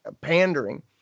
pandering